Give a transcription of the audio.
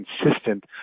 consistent